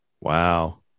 Wow